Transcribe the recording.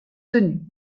tenus